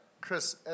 Chris